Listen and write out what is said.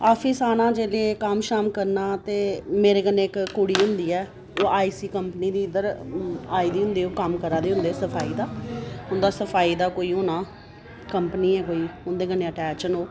office आना जेल्लै कम्म करना ते मेरे कन्नै इक्क कुड़ी होंदी ऐ ओह् आईसी कपनी दी इद्धर आए दे होंदे ओह् कम्म करा दे होंदे सफाई दा उंदा सफाई दा कोई होना कंपनी ऐ कोई उं'दे कन्नै अटैच न ओह्